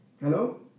hello